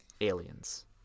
aliens